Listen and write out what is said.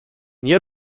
nie